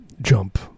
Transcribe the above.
jump